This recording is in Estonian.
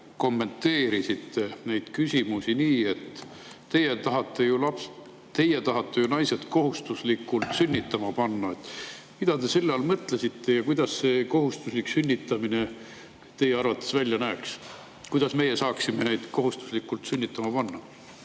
te kommenteerisite neid küsimusi nii, et meie tahame naised kohustuslikult sünnitama panna. Mida te selle all mõtlesite ja kuidas see kohustuslik sünnitamine teie arvates välja näeks? Kuidas meie saaksime neid kohustuslikult sünnitama panna?